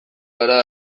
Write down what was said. gara